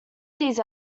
these